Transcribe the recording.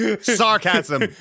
Sarcasm